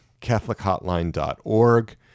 catholichotline.org